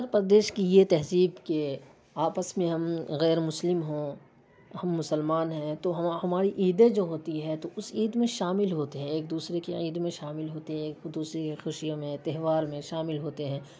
اتر پردیش کی یہ تہذیب کہ آپس میں ہم غیر مسلم ہوں ہم مسلمان ہیں تو ہما ہماری عیدیں جو ہوتی ہے تو اس عید میں شامل ہوتے ہیں ایک دوسرے کے عید میں شامل ہوتے ہیں ایک دوسرے کی خوشیوں میں تہوار میں شامل ہوتے ہیں